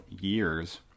years